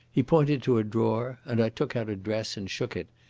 he pointed to a drawer, and i took out a dress and shook it,